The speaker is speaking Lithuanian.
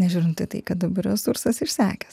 nežiūrint į tai kad dabar resursas išsekęs